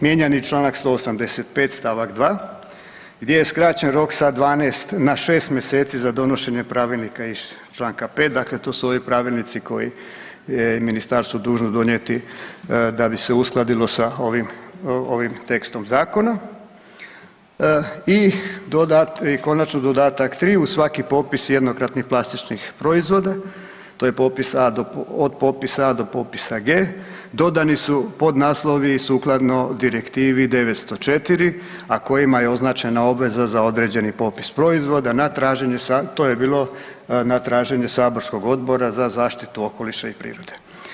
Mijenjani čl. 185. st. 2. gdje je skraćen rok sa 12 na 6 mjeseci za donošenje pravilnika iz čl. 5. dakle to su ovi pravilnici koje je ministarstvo dužno donijeti da bi se uskladilo sa ovim tekstom zakona i konačno, dodatak 3, uz svaki popis jednokratnih plastičnih proizvoda, to je popis A, od popisa A do popisa G, dodani su podnaslovi sukladno Direktivi 904, a kojima je označena obveza za određeni popis proizvoda na traženje sa, to je bilo na traženje saborskog Odbora za zaštitu okoliša i prirode.